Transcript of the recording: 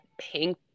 pink